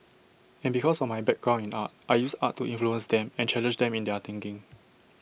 and because of my background in art I use art to influence them and challenge them in their thinking